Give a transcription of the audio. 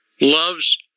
loves